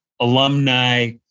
alumni